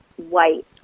White